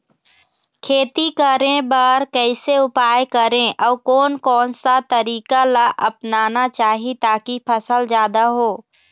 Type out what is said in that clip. खेती करें बर कैसे उपाय करें अउ कोन कौन सा तरीका ला अपनाना चाही ताकि फसल जादा हो?